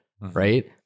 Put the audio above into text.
right